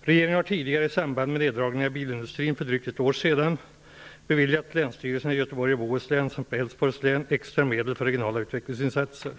Regeringen har tidigare, i samband med neddragningarna i bilindustrin för drygt ett år sedan, beviljat länsstyrelserna i Göteborgs och Bohus län samt Älvsborgs län extra medel för regionala utvecklingsinsatser.